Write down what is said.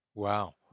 wow